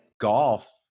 golf